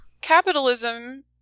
capitalism